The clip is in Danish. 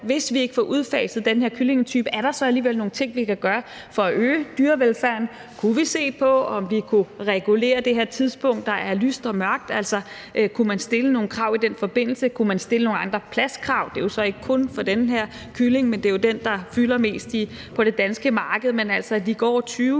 hvis vi nu ikke får udfaset den kyllingetype, om der så alligevel er nogle ting, vi kan gøre for at øge dyrevelfærden. Kunne vi se på, om vi kunne regulere de her tidspunkter, hvor der er lyst og mørkt? Altså, kunne man stille nogle krav i den forbindelse? Kunne man stille nogle andre pladskrav? Det er jo så ikke kun for den her type kylling, men det er jo den, der fylder mest på det danske marked. Men altså, at de går 20